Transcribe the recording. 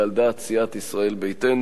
ועל דעת סיעת ישראל ביתנו,